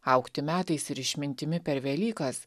augti metais ir išmintimi per velykas